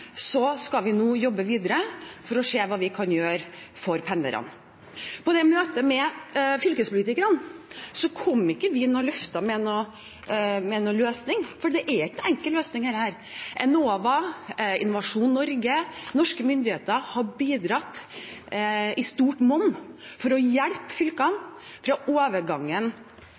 skal vi nå jobbe videre for å se hva vi kan gjøre for pendlerne. På møtet med fylkespolitikerne kom vi ikke med noen løfter eller noen løsning, for det er ingen enkel løsning på dette. Enova, Innovasjon Norge og norske myndigheter har bidratt i stort monn for å hjelpe fylkene i overgangen